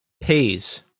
pays